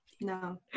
no